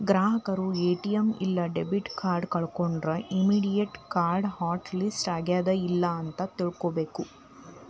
ಗ್ರಾಹಕರು ಎ.ಟಿ.ಎಂ ಇಲ್ಲಾ debit card ಕಳ್ಕೊಂಡ್ರ ಇಮ್ಮಿಡಿಯೇಟ್ ಕಾರ್ಡ್ ಹಾಟ್ ಲಿಸ್ಟ್ ಆಗ್ಯಾದ ಇಲ್ಲ ಅಂತ ತಿಳ್ಕೊಬೇಕ್